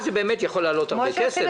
אז זה באמת יכול לעלות הרבה כסף.